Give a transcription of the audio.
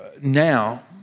now